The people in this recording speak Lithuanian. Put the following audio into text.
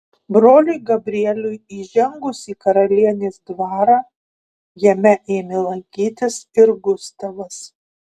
broliui gabrieliui įžengus į karalienės dvarą jame ėmė lankytis ir gustavas